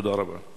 תודה רבה.